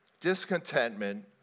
discontentment